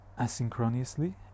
asynchronously